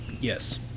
Yes